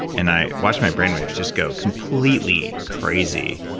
and i watched my brainwaves just go completely crazy.